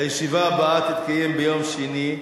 הישיבה הבאה תתקיים ביום שני,